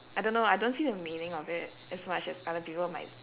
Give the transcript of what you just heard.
I don't know ah I don't see the meaning of it as much as other people might